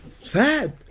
Sad